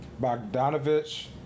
Bogdanovich